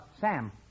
Sam